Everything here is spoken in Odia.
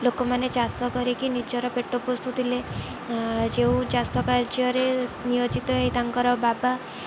ଲୋକମାନେ ଚାଷ କରିକି ନିଜର ପେଟ ପୋଷୁଥିଲେ ଯେଉଁ ଚାଷ କାର୍ଯ୍ୟରେ ନିୟୋଜିତ ହେଇ ତାଙ୍କର ବାବା